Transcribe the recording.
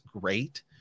great